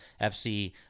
FC